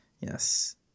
Yes